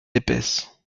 épaisse